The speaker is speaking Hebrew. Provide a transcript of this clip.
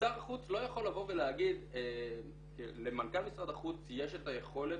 שר החוץ לא יכול לבוא ולהגיד שלמנכ"ל משרד החוץ יש את היכולת